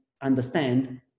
understand